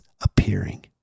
appearing